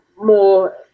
more